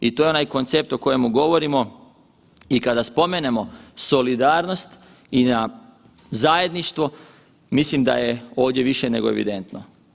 I to je onaj koncept o kojemu govorimo i kada spomenemo solidarnost i na zajedništvo mislim da je ovdje više nego evidentno.